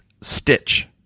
Stitch